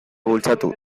bultzatu